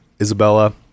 Isabella